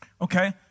Okay